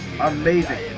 amazing